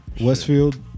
Westfield